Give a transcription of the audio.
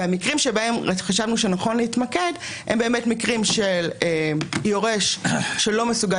המקרים שבהם חשבנו שנכון להתמקד הם מקרים שבהם היורש לא מסוגל